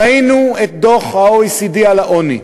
ראינו את דוח ה-OECD על העוני,